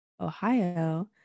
Ohio